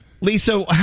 Lisa